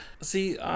see